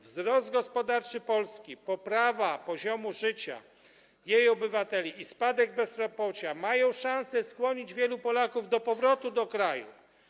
Wzrost gospodarczy Polski, poprawa poziomu życia jej obywateli i spadek bezrobocia mają szansę skłonić wielu Polaków do powrotu do kraju.